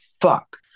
fuck